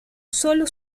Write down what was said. sólo